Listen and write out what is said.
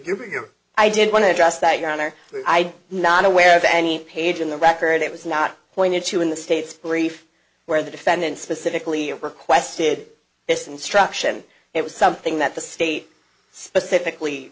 drawing here i did want to address that your honor i'm not aware of any page in the record it was not pointed to in the state's brief where the defendant specifically requested this instruction it was something that the state specifically